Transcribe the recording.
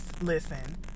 listen